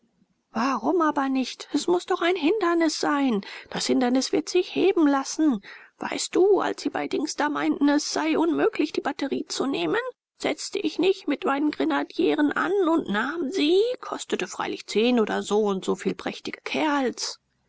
warum aber nicht es muß doch ein hindernis sein das hindernis wird sich heben lassen weißt du als sie bei dings da meinten es sei unmöglich die batterie zu nehmen setzte ich nicht mit meinen grenadieren an und nahm sie kostete freilich zehn oder so und so viel prächtige kerls